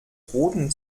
roten